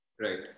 Right